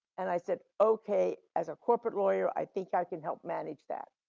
and i said, okay, as a corporate lawyer, i think i can help manage that.